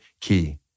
key